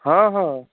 हँ हँ